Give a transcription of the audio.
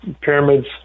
pyramids